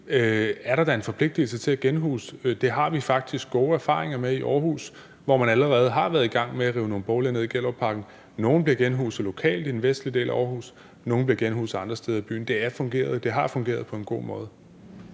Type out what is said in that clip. er der da en forpligtelse til at genhuse, og det har vi faktisk gode erfaringer med i Aarhus, hvor man allerede har været i gang med at rive nogle boliger ned i Gellerupparken. Nogle bliver genhuset lokalt i den vestlige del af Aarhus, nogle bliver genhuset andre steder i byen. Det har fungeret på en god måde.